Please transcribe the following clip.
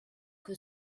que